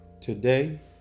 Today